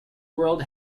world